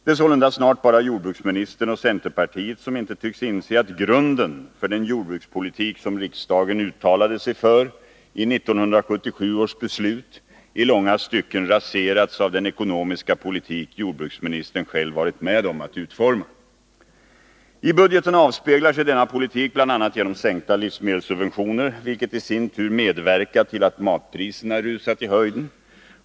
Det är sålunda snart bara jordbruksministern och centerpartiet som inte tycks inse att grunden för den jordbrukspolitik som riksdagen uttalade sig för i 1977 års beslut i långa stycken raserats av den ekonomiska politik jordbruksministern själv varit med om att utforma. I budgeten avspeglar sig denna politik bl.a. genom sänkta livsmedelssubventioner, vilket i sin tur medverkat till att matpriserna rusat i höjden.